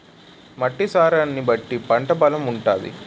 మట్టి సారాన్ని బట్టి పంట బలం ఉంటాది